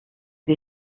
des